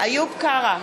איוב קרא,